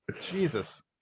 Jesus